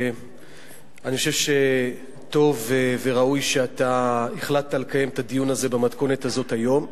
אני חושב שטוב וראוי שאתה החלטת לקיים את הדיון הזה במתכונת הזאת היום.